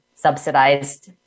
subsidized